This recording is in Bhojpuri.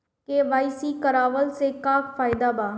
के.वाइ.सी करवला से का का फायदा बा?